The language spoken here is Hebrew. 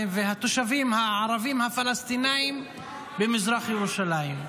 והתושבים הערבים הפלסטינים במזרח ירושלים,